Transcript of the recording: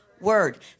word